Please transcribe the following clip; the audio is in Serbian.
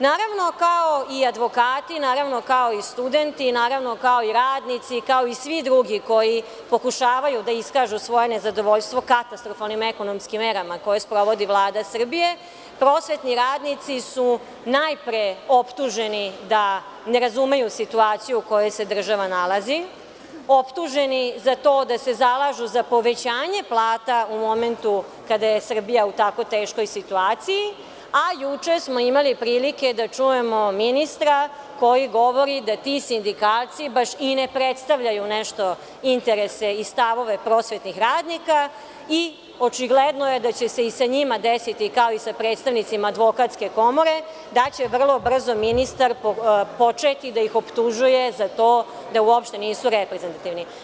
Naravno kao i advokati, naravno kao i studenti, naravno kao i radnici, kao i svi drugi koji pokušavaju da iskažu svoje nezadovoljstvo katastrofalnim ekonomskim merama koje sprovodi Vlada Srbije, prosvetni radnici su najpre optuženi da ne razumeju situaciju u kojoj se država nalazi. ` Optuženi za to da se zalažu za povećanje plata u momentu kada je Srbija u tako teškoj situaciji, a juče smo imali prilike da čujemo ministra koji govori da ti sindikalci baš i ne predstavljaju nešto interese i stavove prosvetnih radnika i očigledno je da će se i sa njima desiti, kao i sa predstavnicima Advokatske komore, da će vrlo brzo ministar početi da ih optužuje za to da uopšte nisu reprezentativni.